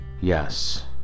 Yes